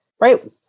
right